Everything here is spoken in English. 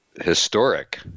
historic